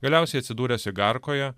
galiausiai atsidūręs igarkoje